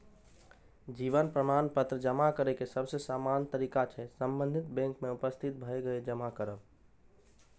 जीवन प्रमाण पत्र जमा करै के सबसे सामान्य तरीका छै संबंधित बैंक में उपस्थित भए के जमा करब